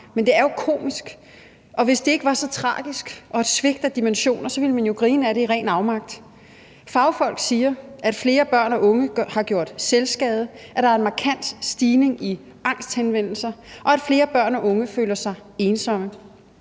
men det er jo komisk, og hvis det ikke var så tragisk og et svigt af dimensioner, ville man jo grine af det i ren afmagt. Fagfolk siger, at flere børn og unge har gjort selvskade, at der er en markant stigning i angsthenvendelser, og at flere børn og unge føler sig ensomme.